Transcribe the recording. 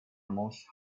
almost